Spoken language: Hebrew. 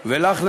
"ולך,